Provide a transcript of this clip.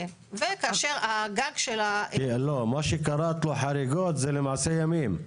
לא, מה שקראת לו חריגות זה למעשה ימים.